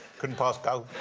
couldn't pass go.